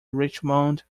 richmond